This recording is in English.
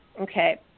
okay